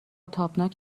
تابناک